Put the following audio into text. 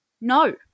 No